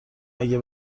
اگه